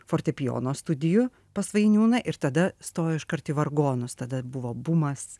fortepijono studijų pas vainiūną ir tada stojo iškart į vargonus tada buvo bumas